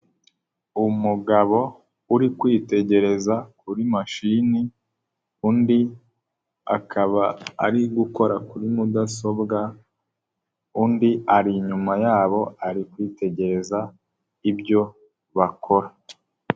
Umugabo uri kwitegereza kuri mashini, undi akaba ari gukora kuri mudasobwa, undi ari inyuma yabo ari kwitegereza, ibyo bakora.